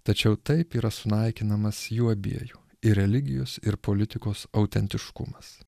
tačiau taip yra sunaikinamas jų abiejų ir religijos ir politikos autentiškumas